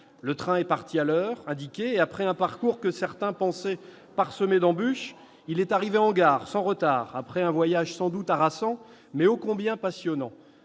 Le train est parti à l'heure indiquée et, après un parcours que certains pensaient parsemé d'embûches, il est arrivé en gare, sans retard, après un voyage sans doute harassant, mais ô combien passionnant